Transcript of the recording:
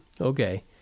Okay